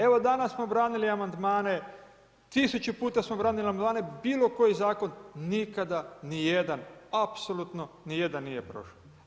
Evo danas smo branili amandmane 1000 puta smo branili amandmane bilo koji zakon, nikada ni jedan, apsolutno ni jedan nije prošo.